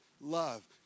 love